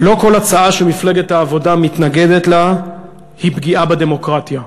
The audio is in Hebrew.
לא כל הצעה שמפלגת העבודה מתנגדת לה היא פגיעה בדמוקרטיה,